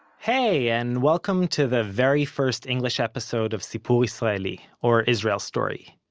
hey and welcome to the very first english episode of sipur israeli, or israel story.